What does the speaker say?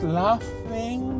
laughing